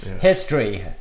History